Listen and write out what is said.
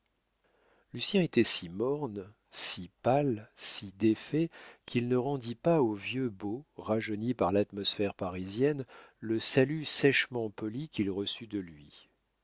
service lucien était si morne si pâle si défait qu'il ne rendit pas au vieux beau rajeuni par l'atmosphère parisienne le salut sèchement poli qu'il reçut de lui